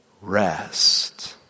Rest